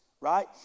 right